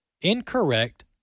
incorrect